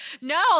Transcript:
no